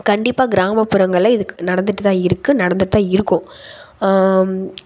கண்டிப்பா கிராமப்புறங்களில் இதுக்கு நடந்துகிட்டு தான் இருக்கு நடந்துகிட்டு தான் இருக்கும்